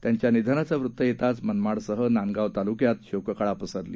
त्यांच्या निधनाचं वृत्त येताच मनमाडसह नांदगाव तालुक्यात शोककळा पसरली